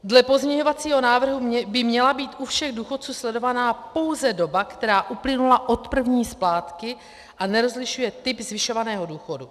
Dle pozměňovacího návrhu by měla být u všech důchodců sledovaná pouze doba, která uplynula od první splátky, a nerozlišuje typ zvyšovaného důchodu.